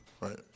Right